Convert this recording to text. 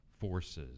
forces